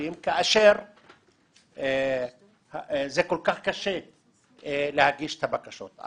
לכספים כאשר זה כל כך קשה להגיש את הבקשות.